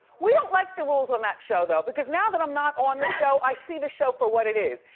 we don't like the rules on that show though, because now that i'm not on the show, i see the show for what it is.